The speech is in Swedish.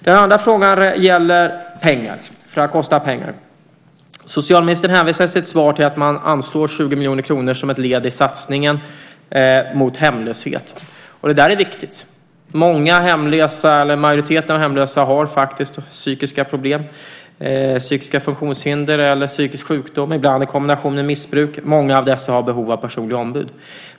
Den andra frågan gäller pengar, för det här kostar pengar. Socialministern hänvisar i sitt svar till att man anslår 20 miljoner kronor som ett led i satsningen mot hemlöshet, och det är viktigt. Majoriteten av de hemlösa har faktiskt psykiska problem, psykiska funktionshinder eller psykisk sjukdom, ibland i kombination med missbruk. Många av dessa har behov av personliga ombud.